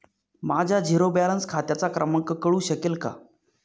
माझ्या zero balance खात्याचा क्रमांक कळू शकेल का?